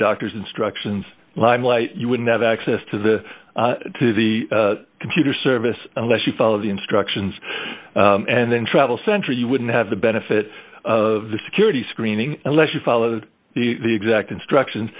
doctor's instructions limelight you wouldn't have access to the to the computer service unless you follow the instructions and then travel center you wouldn't have the benefit of the security screening unless you followed the exact instructions